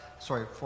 sorry